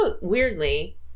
weirdly